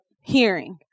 hearing